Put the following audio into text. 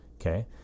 okay